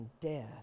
death